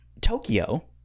Tokyo